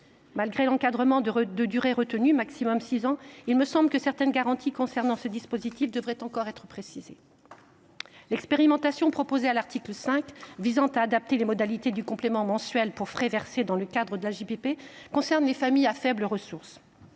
Malgré l’encadrement de durée retenu, à savoir six ans, il me semble que certaines garanties concernant ce dispositif devraient encore être précisées. L’expérimentation proposée à l’article 5 visant à adapter les modalités du complément mensuel pour frais versés dans le cadre de l’AJPP concerne les familles à faibles ressources.